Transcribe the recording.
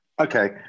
Okay